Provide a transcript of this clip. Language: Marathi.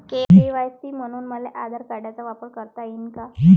के.वाय.सी म्हनून मले आधार कार्डाचा वापर करता येईन का?